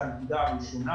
הנקודה הראשונה.